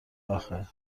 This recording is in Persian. آخه